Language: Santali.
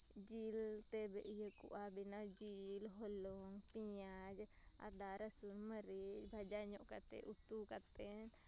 ᱡᱤᱞ ᱛᱮ ᱤᱭᱟᱹ ᱠᱚᱜᱼᱟ ᱵᱤᱱᱟᱹ ᱡᱤᱞ ᱦᱚᱞᱚᱝ ᱯᱮᱸᱭᱟᱡᱽ ᱟᱫᱟ ᱨᱚᱥᱩᱱ ᱢᱟᱹᱨᱤᱪ ᱵᱷᱟᱡᱟ ᱧᱚᱜ ᱠᱟᱛᱮ ᱩᱛᱩ ᱠᱟᱛᱮ